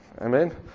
Amen